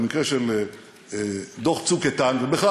במקרה של דוח "צוק איתן" בכלל,